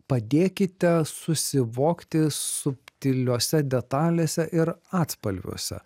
padėkite susivokti subtiliose detalėse ir atspalviuose